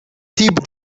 type